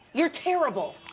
you're terrible.